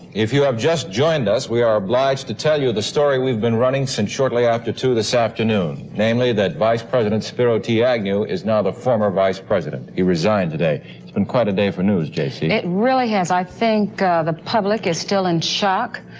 if you have just joined us, we are obliged to tell you the story we've been running since shortly after two this afternoon namely, that vice president spiro t. agnew is now the former vice president, he resigned today. it's been and quite a day for news j c it really has. i think ah the public is still in shock,